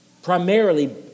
primarily